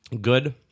good